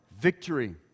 victory